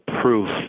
proof